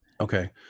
Okay